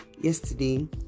yesterday